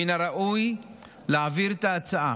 מן הראוי להעביר את ההצעה